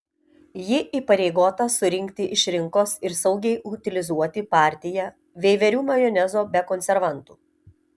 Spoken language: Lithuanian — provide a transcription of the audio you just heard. ji įpareigota surinkti iš rinkos ir saugiai utilizuoti partiją veiverių majonezo be konservantų